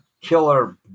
killer